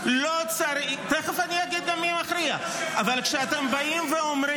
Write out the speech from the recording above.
בואו נקרא מה כתוב בו.